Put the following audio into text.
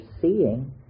seeing